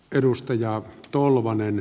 edustaja tolvanen